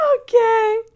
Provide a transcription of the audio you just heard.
Okay